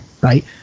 Right